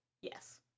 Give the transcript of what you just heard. Yes